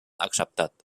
acceptat